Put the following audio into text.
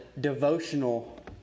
devotional